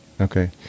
okay